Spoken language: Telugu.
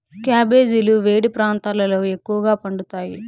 క్యాబెజీలు వేడి ప్రాంతాలలో ఎక్కువగా పండుతాయి